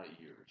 years